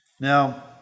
Now